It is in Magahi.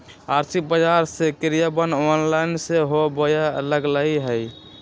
आर्थिक बजार के क्रियान्वयन ऑनलाइन सेहो होय लगलइ ह